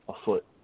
afoot